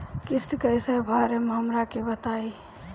किस्त कइसे भरेम हमरा के बताई?